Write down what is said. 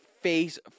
face